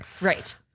Right